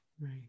Right